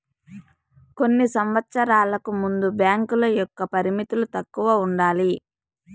కొన్ని సంవచ్చరాలకు ముందు బ్యాంకుల యొక్క పరిమితులు తక్కువ ఉండాలి